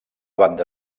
banda